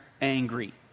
angry